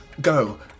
go